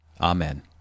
Amen